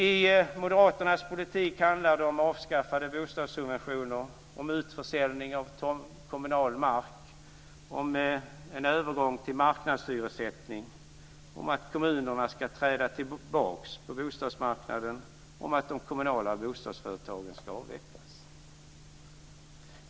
I Moderaternas politik handlar det om avskaffade bostadssubventioner, utförsäljning av kommunal mark, övergång till marknadshyressättning och om att kommunerna ska träda tillbaka på bostadsmarknaden och att de kommunala bostadsföretagen ska avvecklas.